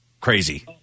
crazy